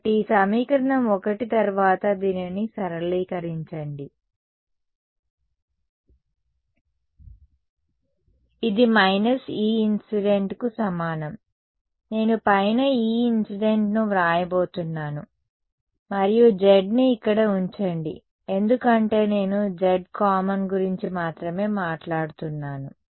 కాబట్టి ఈ సమీకరణం 1 తర్వాత దీనిని సరళీకరించండి ఇది మైనస్ E ఇన్సిడెంట్ కు సమానం నేను పైన E ఇన్సిడెంట్ ను వ్రాయబోతున్నాను మరియు z ని ఇక్కడ ఉంచండి ఎందుకంటే నేను z కామన్ గురించి మాత్రమే మాట్లాడుతున్నాను